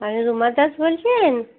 হ্যাঁ রুমা দাস বলছেন